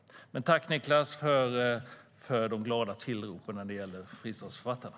Jag tackar Niclas Malmberg för de glada tillropen om fristadsförfattarna.